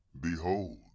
Behold